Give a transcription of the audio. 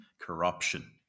Corruption